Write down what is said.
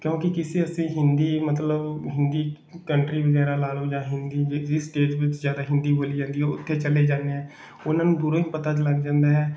ਕਿਉਂਕਿ ਕਿਸੇ ਅਸੀਂ ਹਿੰਦੀ ਮਤਲਬ ਹਿੰਦੀ ਕੰਟਰੀ ਵਗੈਰਾ ਲਾ ਲਓ ਜਾਂ ਹਿੰਦੀ ਜਿਸ ਸਟੇਟ ਵਿੱਚ ਜ਼ਿਆਦਾ ਹਿੰਦੀ ਬੋਲੀ ਜਾਂਦੀ ਹੈ ਉੱਥੇ ਚਲੇ ਜਾਂਦੇ ਹਾਂ ਉਹਨਾਂ ਨੂੰ ਦੂਰੋਂ ਹੀ ਪਤਾ ਲੱਗ ਜਾਂਦਾ ਹੈ